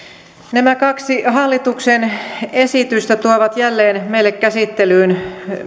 nämä kaksi hallituksen esitystä tuovat jälleen meille käsittelyyn